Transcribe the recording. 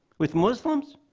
with muslims,